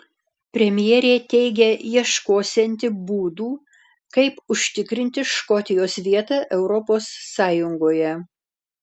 premjerė teigia ieškosianti būdų kaip užtikrinti škotijos vietą europos sąjungoje